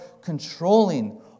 controlling